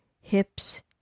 hips